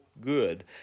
good